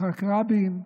יצחק רבין,